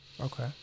Okay